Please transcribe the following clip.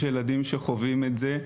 יש ילדים שחווים את זה,